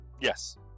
Yes